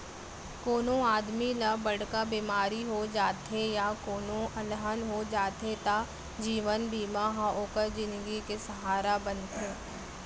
कोनों आदमी ल बड़का बेमारी हो जाथे या कोनों अलहन हो जाथे त जीवन बीमा ह ओकर जिनगी के सहारा बनथे